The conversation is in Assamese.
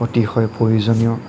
অতিশয় প্ৰয়োজনীয়